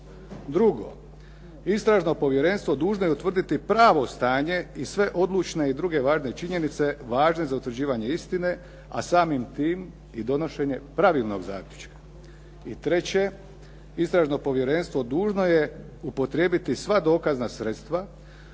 Drugo, istražno povjerenstvo dužno je utvrditi pravo stanje i sve odlučne i druge važne činjenice važne za utvrđivanje istine, a samim tim i donošenje pravilnog zaključka. I treće, istražno povjerenstvo dužno je upotrijebiti sva dokazna sredstva